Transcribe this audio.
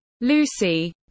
Lucy